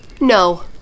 No